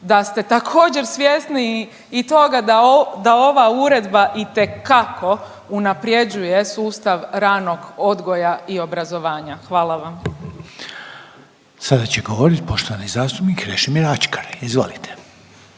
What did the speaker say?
da ste također, svjesni i toga da ova Uredba itekako unaprjeđuje sustav ranog odgoja i obrazovanja. Hvala vam. **Reiner, Željko (HDZ)** Sada će govoriti poštovani zastupnik Krešimir Ačkar, izvolite.